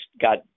got